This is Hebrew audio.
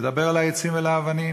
לדבר אל העצים והאבנים.